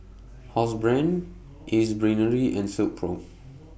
Housebrand Ace Brainery and Silkpro